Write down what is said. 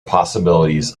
possibilities